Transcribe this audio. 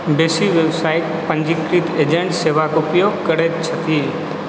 बेसी व्यवसायी पञ्जीकृत एजेंट सेवाक उपयोग करैत छथि